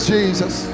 Jesus